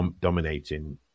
dominating